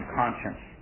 conscience